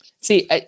See